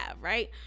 right